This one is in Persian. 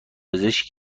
پزشکی